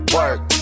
Work